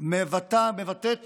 מבטאת